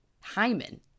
Hymen